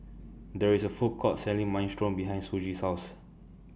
There IS A Food Court Selling Minestrone behind Shoji's House